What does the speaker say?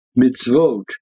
mitzvot